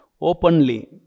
openly